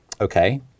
Okay